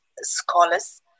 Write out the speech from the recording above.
scholars